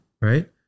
right